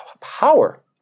power